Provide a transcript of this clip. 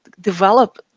develop